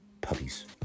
puppies